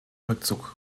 rückzug